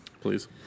please